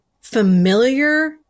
familiar